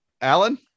Alan